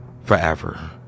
forever